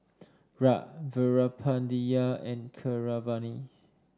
Raj Veerapandiya and Keeravani